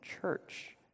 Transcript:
church